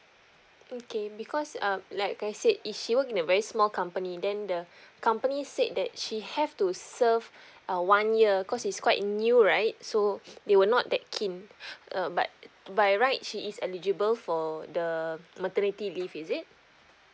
okay because um like I said is she work in a very small company then the company said that she have to serve uh one year cause it's quite new right so they were not that keen uh but by right she is eligible for the maternity leave is it